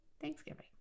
Thanksgiving